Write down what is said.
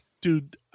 dude